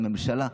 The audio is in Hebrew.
הממשלה,